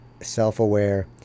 self-aware